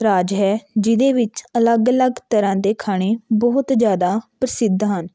ਰਾਜ ਹੈ ਜਿਹਦੇ ਵਿੱਚ ਅਲੱਗ ਅਲੱਗ ਤਰ੍ਹਾਂ ਦੇ ਖਾਣੇ ਬਹੁਤ ਜ਼ਿਆਦਾ ਪ੍ਰਸਿੱਧ ਹਨ